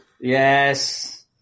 Yes